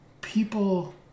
people